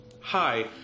hi